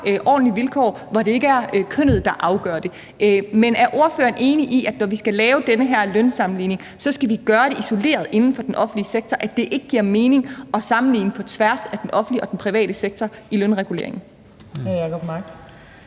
ordentlige vilkår, hvor det ikke er kønnet, der afgør det. Men er ordføreren enig i, at når vi skal lave den her lønsammenligning, skal vi gøre det isoleret inden for den offentlige sektor, og at det ikke giver mening at sammenligne på tværs af den offentlige og den private sektor i lønreguleringen?